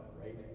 right